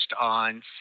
on